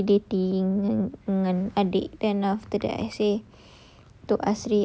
nak keluar pergi dating dengan adik then after that I say